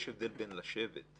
יש הבדל בין לשבת,